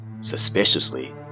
suspiciously